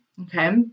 Okay